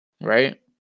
Right